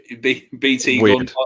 BT